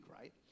right